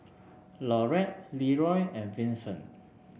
Laurette Leeroy and Vinson